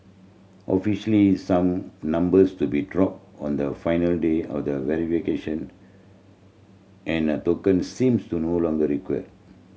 officially some numbers to be drop on the final day all the and a token seems to no longer required